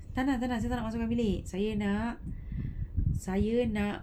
tak nak tak nak saya tak nak masukkan dalam bilik saya nak saya nak